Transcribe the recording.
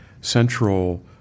central